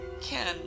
Ken